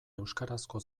euskarazko